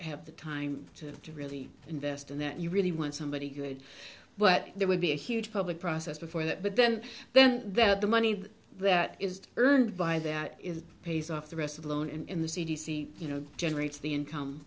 have the time to really invest in that you really want somebody good but there would be a huge public process before that but then then that the money that is earned by that is pays off the rest of the loan and the c d c you know generates the income